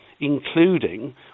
including